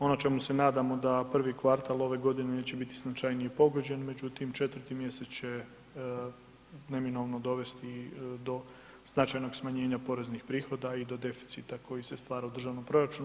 Ono čemu se nadamo da prvi kvartal ove godine neće biti značajnije pogođen, međutim 4 mjesec će neminovno dovesti do značajnog smanjenja poreznih prihoda i do deficita koji se stvara u državnom proračunu.